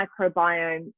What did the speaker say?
microbiome